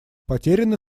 потеряно